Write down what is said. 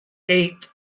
eight